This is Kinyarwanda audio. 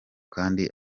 kandi